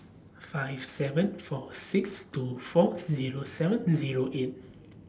five seven four six two four Zero seven Zero eight